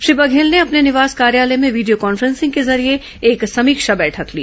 श्री बघेल ने अपने निवास कार्यालय में वीडियो कान्फ्रेंसिंग के जरिए एक समीक्षा बैठक ली